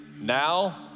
now